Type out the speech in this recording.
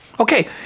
Okay